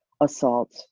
assault